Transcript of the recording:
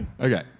Okay